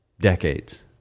decades